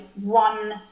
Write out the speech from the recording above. one